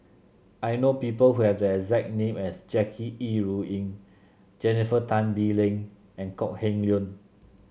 I know people who have the exact name as Jackie Yi Ru Ying Jennifer Tan Bee Leng and Kok Heng Leun